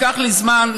לקח לי זמן.